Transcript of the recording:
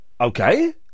Okay